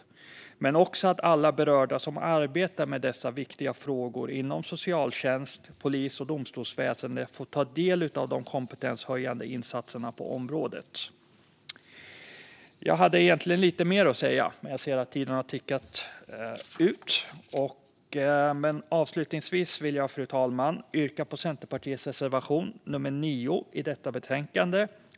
Men det är också viktigt att alla berörda som arbetar med dessa viktiga frågor inom socialtjänst, polis och domstolsväsen får ta del av de kompetenshöjande insatserna på området. Jag hade egentligen lite mer att säga, men jag ser att min talartid är slut. Men jag vill avslutningsvis yrka bifall till Centerpartiets reservation 9 i detta betänkande.